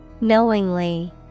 Knowingly